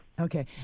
okay